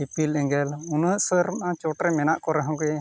ᱤᱯᱤᱞ ᱮᱸᱜᱮᱞ ᱩᱱᱟᱹᱜᱥᱟᱹᱨ ᱚᱱᱟ ᱪᱚᱴᱨᱮ ᱢᱮᱱᱟᱜ ᱠᱚ ᱨᱮᱦᱚᱸᱜᱮ